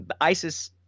ISIS